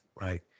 right